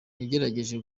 yagerageje